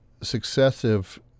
successive